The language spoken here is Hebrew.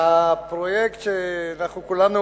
הפרויקט שאנחנו כולנו